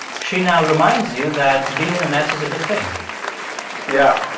she now reminds you that being in a mess is a good thing yeah.